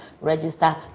register